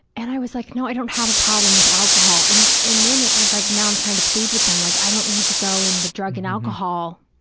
and i was like, no, i don't have a problem with alcohol, and and then it was like, now i'm trying to plead with them, like i don't need to go in the drug and alcohol